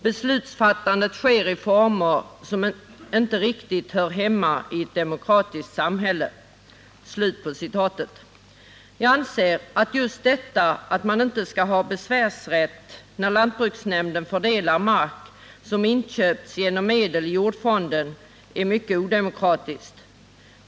Beslutsfattandet sker i former som inte riktigt hör hemma i ett demokratiskt samhälle. Jag anser att just detta att man inte skall ha besvärsrätt när lantbruksnämnden fördelar mark, som inköpts genom medel i jordfonden, är mycket odemokratiskt.